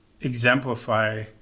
exemplify